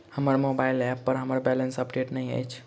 हमर mobile app पर हमर बैलेंस अपडेट नहि अछि